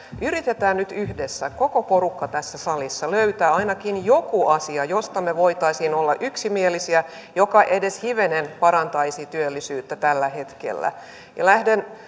yritetään nyt yhdessä koko porukka tässä salissa löytää ainakin joku asia josta me voisimme olla yksimielisiä joka edes hivenen parantaisi työllisyyttä tällä hetkellä lähden